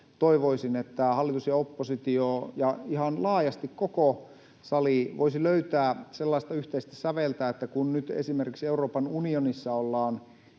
toivoisin, että hallitus ja oppositio ja ihan laajasti koko sali voisivat löytää yhteistä säveltä. Nyt esimerkiksi Euroopan unionissa ollaan